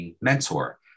mentor